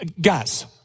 Guys